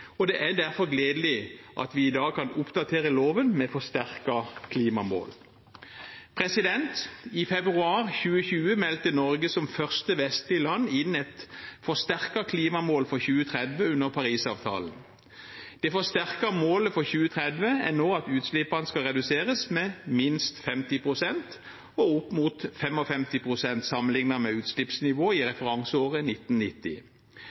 våre. Det er derfor gledelig at vi i dag kan oppdatere loven med forsterkede klimamål. I februar 2020 meldte Norge som første vestlige land inn et forsterket klimamål for 2030 under Parisavtalen. Det forsterkede målet for 2030 er nå at utslippene skal reduseres med minst 50 pst. og opp mot 55 pst. sammenlignet med utslippsnivået i referanseåret 1990.